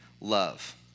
love